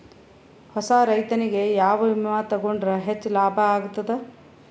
ಹೊಸಾ ರೈತನಿಗೆ ಯಾವ ವಿಮಾ ತೊಗೊಂಡರ ಹೆಚ್ಚು ಲಾಭ ಆಗತದ?